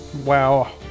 wow